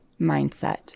mindset